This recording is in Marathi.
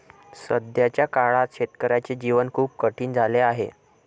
सध्याच्या काळात शेतकऱ्याचे जीवन खूप कठीण झाले आहे